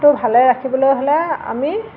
টো ভালে ৰাখিবলৈ হ'লে আমি